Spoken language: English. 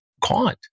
caught